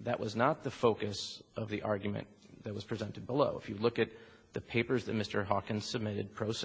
that was not the focus of the argument that was presented below if you look at the papers that mr hawkins submitted pro s